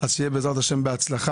אז שיהיה בעזרת השם בהצלחה,